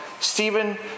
Stephen